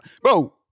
Bro